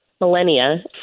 millennia